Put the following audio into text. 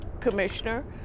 Commissioner